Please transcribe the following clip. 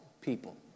people